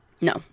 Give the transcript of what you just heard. No